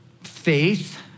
faith